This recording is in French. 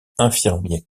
infirmiers